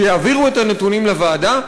שיעבירו את הנתונים לוועדה,